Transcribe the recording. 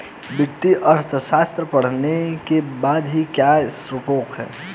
वित्तीय अर्थशास्त्र पढ़ने के बाद क्या स्कोप है?